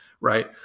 right